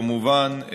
כמובן,